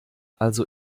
also